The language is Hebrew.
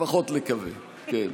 לפחות נקווה, כן.